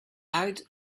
out